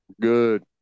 good